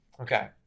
Okay